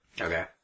okay